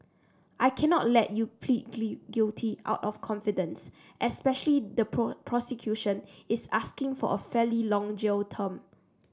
I cannot let you plead guilty out of convenience especially the prosecution is asking for a fairly long jail term